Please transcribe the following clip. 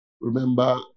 remember